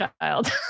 child